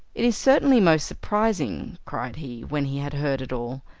it is certainly most surprising, cried he, when he had heard it all,